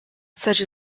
such